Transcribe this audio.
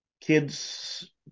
kids